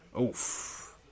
Oof